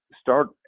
start